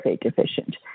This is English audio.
deficient